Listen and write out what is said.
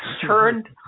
turned